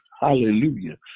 Hallelujah